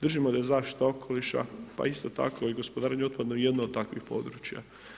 Držimo da je zaštita okoliša, pa isto tako i gospodarenje otpadom jedno takvo područja.